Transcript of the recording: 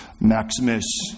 Maximus